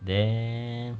then